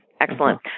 excellent